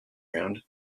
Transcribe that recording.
round